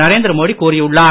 நரேந்திர மோடி கூறியுள்ளார்